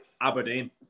Aberdeen